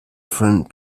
front